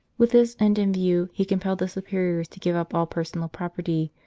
with this end in view he compelled the superiors to give up all personal property,